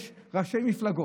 יש ראשי מפלגות,